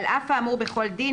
על אף האמור בכל דין,